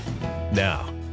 Now